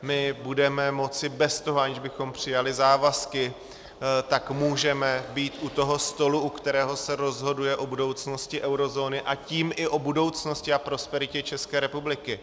My budeme moci bez toho, aniž bychom přijali závazky, tak můžeme být u toho stolu, u kterého se rozhoduje o budoucnosti eurozóny, a tím i o budoucnosti a prosperitě České republiky.